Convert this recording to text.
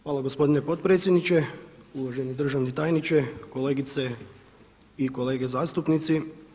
Hvala gospodine potpredsjedniče, uvaženi državni tajniče, kolegice i kolege zastupnici.